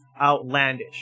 outlandish